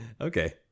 Okay